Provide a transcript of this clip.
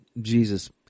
Jesus